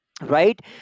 right